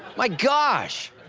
my gosh.